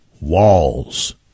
walls